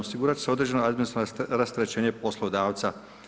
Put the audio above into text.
Osigurat će se određeno administrativno rasterećenje poslodavca.